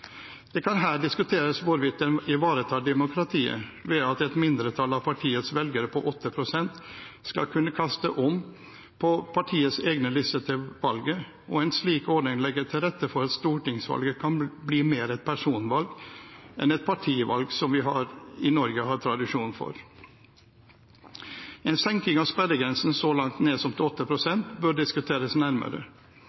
Det kan her diskuteres hvorvidt en ivaretar demokratiet ved at et mindretall av partiets velgere på 8 pst. skal kunne kaste om på partiets egen liste til valget. En slik ordning legger til rette for at stortingsvalget kan bli mer et personvalg enn et partivalg, som vi i Norge har tradisjon for. En senkning av sperregrensen så langt ned som